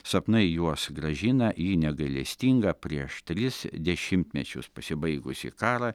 sapnai juos grąžina į negailestingą prieš tris dešimtmečius pasibaigusį karą